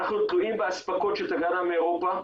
אנחנו תלויים באספקות שתגענה מאירופה,